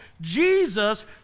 Jesus